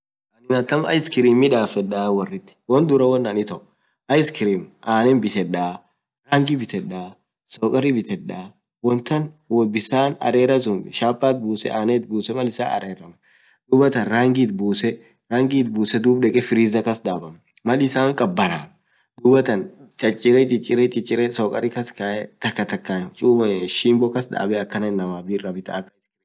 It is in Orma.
annin akkam icecream midafeeda worrit, wonduraa woanan itoo, annen bitteda, tankii bitadaa, sukarii bitedaa, rangii bittedawontaan bissan areraa suun chapat busse, woal kass daraa, duub rangii itbusee deke frizer kaas dabaa.maal issan kabaanan chichiree sokari kass kae takatak'aan shimbo kass dabee akaan inamaraa bittaa.